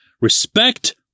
Respect